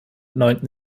neunten